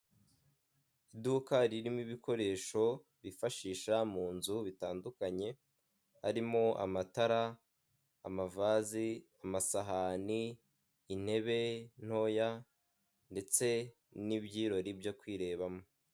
Iduka ririmo ibikoresho bifashisha mu nzu bitandukanye, harimo amatara amavazi amasahani intebe ntoya, ndetse n'ibyirori byo kwirebamo.